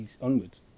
onwards